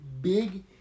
big